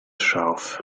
scharf